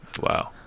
Wow